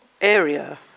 area